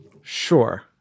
Sure